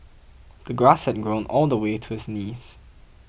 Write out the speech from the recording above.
the grass had grown all the way to his knees